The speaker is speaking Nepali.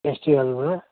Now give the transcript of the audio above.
फेस्टिबलमा